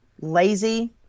lazy